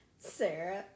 Sarah